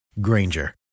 Granger